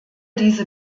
diese